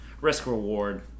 risk-reward